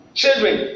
children